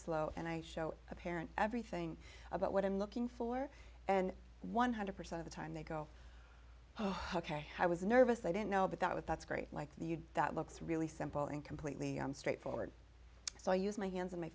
slow and i show a parent everything about what i'm looking for and one hundred percent of the time they go ok i was nervous they didn't know but that with that's great like the that looks really simple and completely straightforward so i use my hands and my